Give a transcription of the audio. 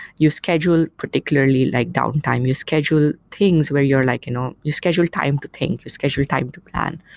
you schedule particularly like downtime. you schedule things where you're like you know you schedule time to think. you schedule time to plan.